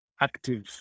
active